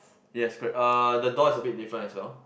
yes correct uh the door is a bit different as well